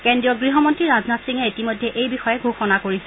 কেন্দ্ৰীয় গৃহমন্ত্ৰী ৰাজনাথ সিঙে ইতিমধ্যে এই বিষয়ে ঘোষণা কৰিছে